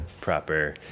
proper